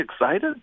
excited